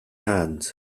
hands